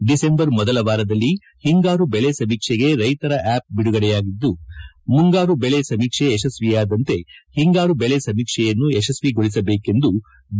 December ಮೊದಲ ವಾರದಲ್ಲಿ ಹಿಂಗಾರು ಬೆಳೆ ಸಮೀಕ್ಷೆಗೆ ರೈತರ ಆಪ್ ಬಿಡುಗಡೆಯಾಗಲಿದ್ದು ಮುಂಗಾರು ಬೆಳೆ ಸಮೀಕ್ಷೆ ಯಶಸ್ವಿಯಾದಂತೆ ಹಿಂಗಾರು ಬೆಳೆ ಸಮೀಕ್ಷೆಯನ್ನು ಯಶಸ್ವಿಗೊಳಿಸಬೇಕೆಂದು ಬಿ